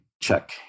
check